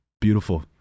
Beautiful